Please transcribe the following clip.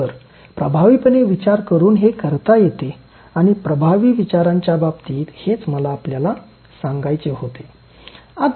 तर प्रभावीपणे विचार करून हे करता येते आणि प्रभावी विचारांच्या बाबतीत हेच मला आपल्याला सांगायचे होते